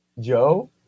joe